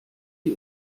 die